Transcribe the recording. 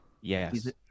Yes